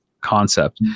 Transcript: concept